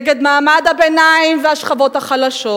נגד מעמד הביניים והשכבות החלשות.